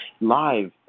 Live